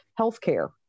healthcare